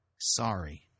sorry